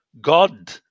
God